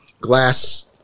glass